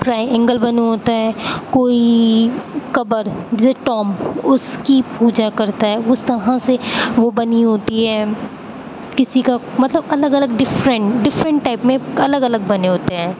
try angle بنا ہوتا ہے کوئی قبر جیسے ٹومب اس کی پوجا کرتا ہے اس طرح سے وہ بنی ہوتی ہے کسی کا مطلب الگ الگ ڈفرن ڈفرن ٹائپ میں الگ الگ بنے ہوتے ہیں